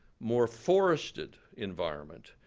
more forested environment,